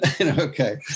Okay